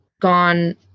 gone